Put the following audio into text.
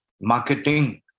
marketing